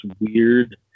weird